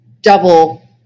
double